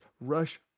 Rush